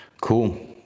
Cool